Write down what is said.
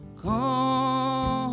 come